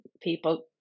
people